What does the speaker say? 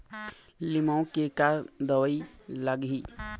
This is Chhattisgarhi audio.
लिमाऊ मे का दवई लागिही?